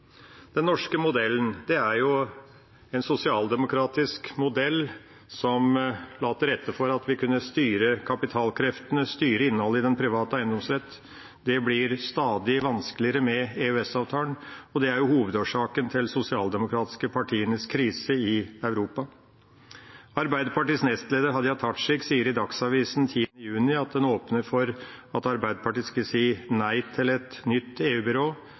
Den norske modellen er en sosialdemokratisk modell som la til rette for at vi kunne styre kapitalkreftene, styre innholdet i den private eiendomsrett. Det blir stadig vanskeligere med EØS-avtalen, og det er hovedårsaken til de sosialdemokratiske partienes krise i Europa. Arbeiderpartiets nestleder Hadia Tajik sier i Dagsavisen 11. juni at en åpner for at Arbeiderpartiet skal si nei til et nytt